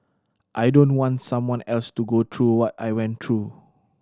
I don't want someone else to go through what I went through